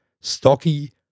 Stocky